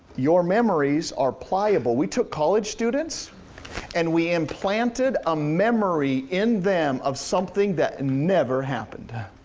your memories are pliable. we took college students and we implanted a memory in them of something that never happened.